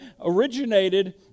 originated